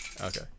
Okay